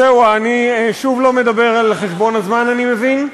אז זהו, אני שוב לא מדבר על חשבון הזמן, אני מבין.